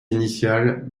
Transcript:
initiales